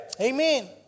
Amen